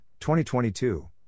2022